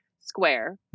square